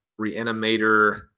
Reanimator